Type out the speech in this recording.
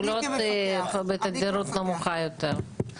פעולות בתדירות נמוכה יותר.